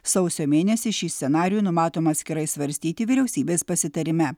sausio mėnesį šį scenarijų numatoma atskirai svarstyti vyriausybės pasitarime